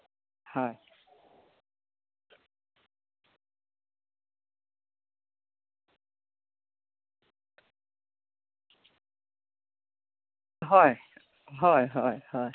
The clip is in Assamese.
হয় হয় হয় হয় হয়